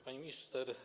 Pani Minister!